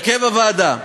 הרכב הוועדה: